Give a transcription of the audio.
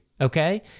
okay